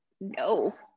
no